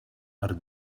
are